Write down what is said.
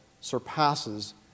surpasses